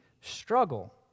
struggle